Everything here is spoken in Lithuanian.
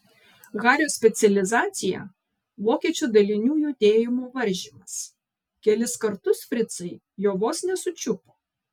hario specializacija vokiečių dalinių judėjimo varžymas kelis kartus fricai jo vos nesučiupo